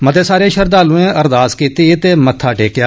मते सारे श्रद्दालुएं अरदास कीती ते मत्था टेकेआ